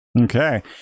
Okay